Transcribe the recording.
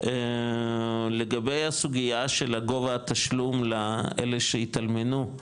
לגבי הסוגייה של גובה התשלום לאלה שהתאלמנו,